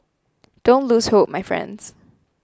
don't lose hope my friends